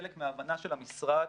כחלק מההבנה של המשרד